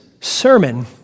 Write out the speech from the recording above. sermon